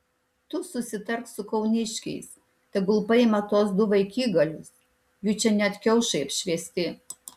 tu susitark su kauniškiais tegul paima tuos du vaikigalius jų čia net kiaušai apšviesti